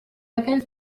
aquell